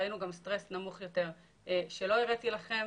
ראינו גם סטרס נמוך יותר שלא הראיתי לכם,